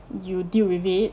you deal with it